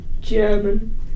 German